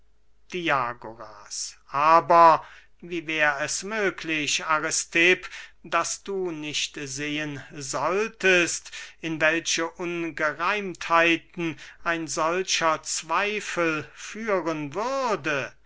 diagoras aber wie wär es möglich aristipp daß du nicht sehen solltest in welche ungereimtheiten ein solcher zweifel führen würde